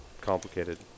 complicated